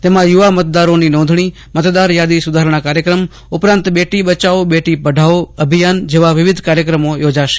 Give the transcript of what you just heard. તેમાં યુવા મતદારોની નોંધણી મતદાર યાદી સુધારણા કાર્યક્રમ ઉપરાંત બેટી બચાવો બેટી પઢાવો અભિયાન જેવા વિવિધ કાર્યક્રમો યોજાશે